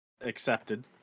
Accepted